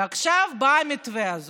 ועכשיו בא המתווה הזה